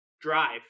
drive